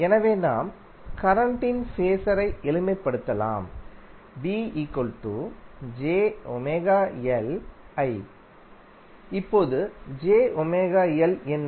எனவே நாம் கரண்ட்டின் ஃபேஸர் ஐ எளிமைப்படுத்தலாம் இப்போது என்ன